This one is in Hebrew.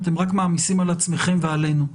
אתם רק מעמיסים על עצמכם ועלינו.